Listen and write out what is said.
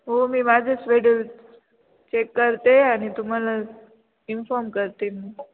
हो मी माझे चेक करते आणि तुम्हाला इन्फॉर्म करते मग